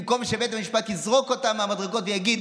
במקום שבית המשפט יזרוק אותם מהמדרגות ויגיד